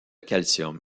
calcium